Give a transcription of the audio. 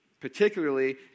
particularly